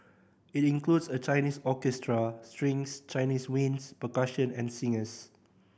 it includes a Chinese orchestra strings Chinese winds percussion and singers